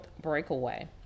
breakaway